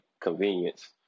convenience